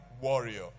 warrior